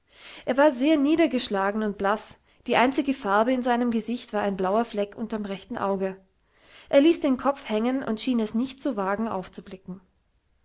er war sehr niedergeschlagen und blaß die einzige farbe in seinem gesicht war ein blauer fleck unterm rechten auge er ließ den kopf hängen und schien es nicht zu wagen aufzublicken